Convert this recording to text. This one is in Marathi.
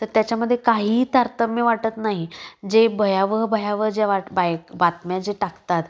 तर त्याच्यामध्ये काहीही तारतम्य वाटत नाही जे भयावह भयावह ज्या वाट बायक बातम्या जे टाकतात